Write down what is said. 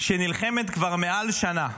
שנלחמת כבר יותר משנה,